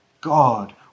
God